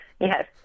Yes